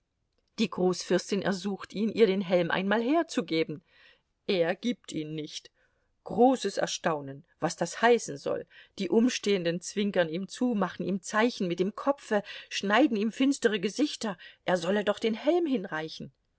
die großfürstin ersucht ihn ihr den helm einmal herzugeben er gibt ihn nicht großes erstaunen was das heißen soll die umstehenden zwinkern ihm zu machen ihm zeichen mit dem kopfe schneiden ihm finstere gesichter er solle doch den helm hinreichen